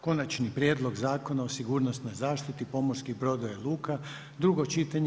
Konačni prijedlog Zakona o sigurnosnoj zaštiti pomorskih brodova i luka, drugo čitanje,